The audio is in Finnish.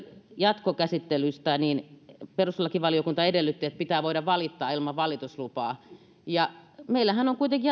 jatkokäsittelystä perustuslakivaliokunta edellytti että pitää voida valittaa ilman valituslupaa meillähän on kuitenkin